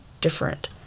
different